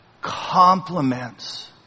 compliments